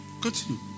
Continue